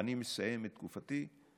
אני מסיים את תקופתי והולך.